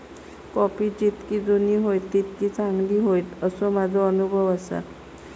coffee जितकी जुनी होईत तितकी चांगली होईत, असो माझो अनुभव आसा